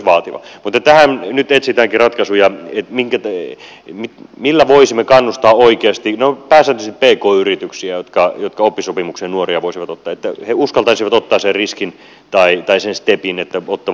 mutta tähän nyt etsitäänkin ratkaisuja millä voisimme kannustaa oikeasti ne ovat pääsääntöisesti pk yrityksiä jotka oppisopimukseen nuoria voisivat ottaa että he uskaltaisivat ottaa sen riskin tai sen stepin että ottavat nuoret sinne